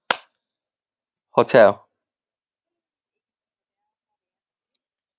hotel